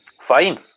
Fine